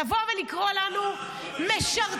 לבוא ולקרוא לנו משרתים,